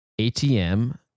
ATM